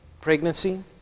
pregnancy